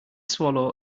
swallow